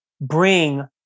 bring